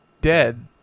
dead